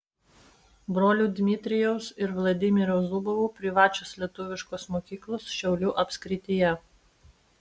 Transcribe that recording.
brolių dmitrijaus ir vladimiro zubovų privačios lietuviškos mokyklos šiaulių apskrityje